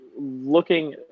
looking